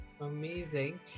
Amazing